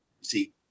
See